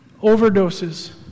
overdoses